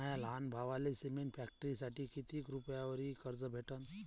माया लहान भावाले सिमेंट फॅक्टरीसाठी कितीक रुपयावरी कर्ज भेटनं?